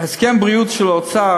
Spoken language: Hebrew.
הסכם סל הבריאות של האוצר,